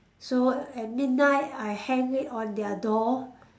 so at midnight I hang it on their door